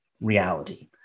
reality